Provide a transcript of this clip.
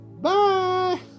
Bye